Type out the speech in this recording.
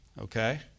Okay